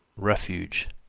refuge,